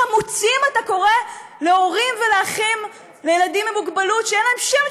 חמוצים אתה קורא להורים ולאחים לילדים עם מוגבלות שאין להם שמץ